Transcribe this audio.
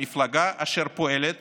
המפלגה אשר פועלת